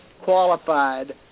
qualified